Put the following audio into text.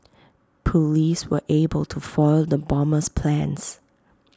Police were able to foil the bomber's plans